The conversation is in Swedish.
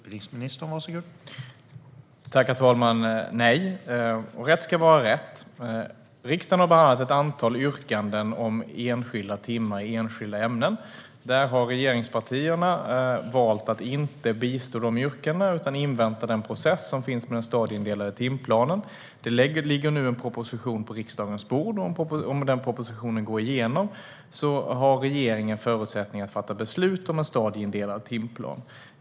Herr talman! Nej, och rätt ska vara rätt: Riksdagen har behandlat ett antal yrkanden om enskilda timmar i enskilda ämnen. Regeringspartierna har valt att inte bistå dessa yrkanden, utan man inväntar den process som finns med den stadieindelade timplanen. En proposition ligger nu på riksdagens bord - om den går igenom har regeringen förutsättningar att fatta beslut om en stadieindelad timplan.